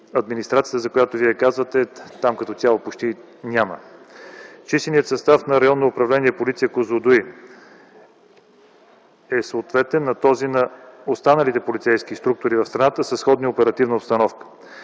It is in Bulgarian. администрацията, за която Вие казвате, там като цяло почти я няма. Численият състав на Районно управление „Полиция” – Козлодуй, е съответен на този на останалите полицейски структури в страната със сходна оперативна обстановка.